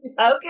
Okay